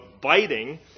biting